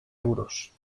euros